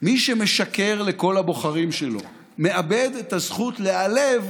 מי שמשקר לכל הבוחרים שלו מאבד את הזכות להיעלב